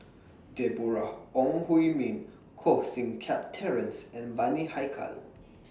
Deborah Ong Hui Min Koh Seng Kiat Terence and Bani Haykal